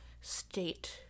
state